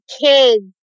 kids